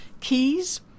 keys